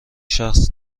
شخص